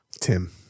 Tim